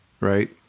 right